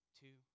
two